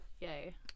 Yay